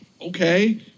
okay